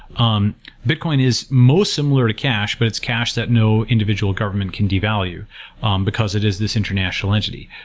um bitcoin is most similar to cash, but it's cash that no individual government can devalue um because it is this international entity.